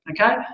okay